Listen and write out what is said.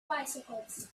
bicycles